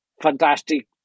fantastic